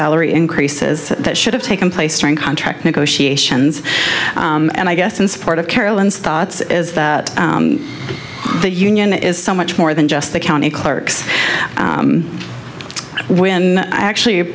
salary increases that should have taken place during contract negotiations and i guess in support of carolyn's thoughts is that the union is so much more than just the county clerks when i actually